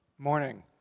morning